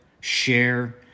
share